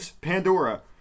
Pandora